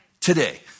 Today